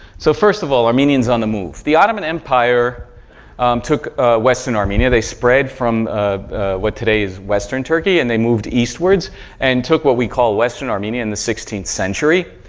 so, first of all, armenians on the move. the ottoman empire took western armenia. they spread from ah what today is western turkey and they moved eastwards and took what we call western armenia in the sixteenth century.